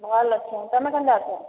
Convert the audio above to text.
ଭଲ୍ ଅଛେ ତୁମେ କେନ୍ତା ଅଛ